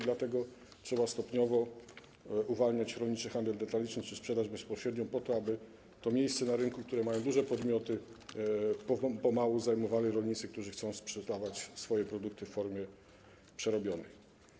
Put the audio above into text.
Dlatego trzeba stopniowo uwalniać rolniczy handel detaliczny czy sprzedaż bezpośrednią, po to aby to miejsce na rynku, które mają duże podmioty, pomału zajmowali rolnicy, którzy chcą sprzedawać swoje produkty w formie przerobionej.